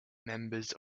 members